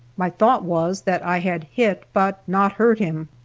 my thought was that i had hit, but not hurt him.